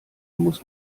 muss